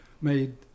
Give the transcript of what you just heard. made